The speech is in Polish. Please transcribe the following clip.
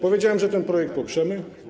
Powiedziałem, że ten projekt poprzemy.